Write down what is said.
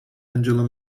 angela